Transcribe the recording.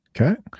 Okay